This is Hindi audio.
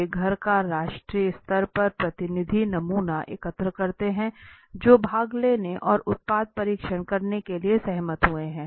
वे घर का राष्ट्रीय स्तर पर प्रतिनिधि नमूना एकत्र करते हैं जो भाग लेने और उत्पाद परीक्षण करने के लिए सहमत हुए हैं